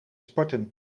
sporten